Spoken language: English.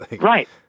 right